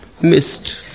missed